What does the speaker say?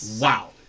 wow